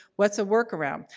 what's a workaround?